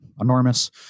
enormous